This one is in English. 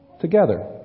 together